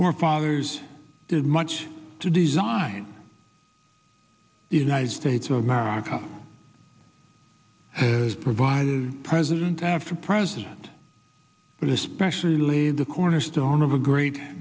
forefathers did much to design the united states of america as provided president after president but especially the cornerstone of a great